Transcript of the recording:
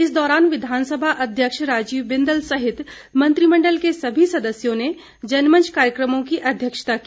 इस दौरान विधानसभा अध्यक्ष राजीव बिदंल सहित मंत्रिमंडल के सभी सदस्यों ने जनमंच कार्यकमों की अध्यक्षता की